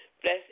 Bless